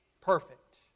perfect